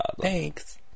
Thanks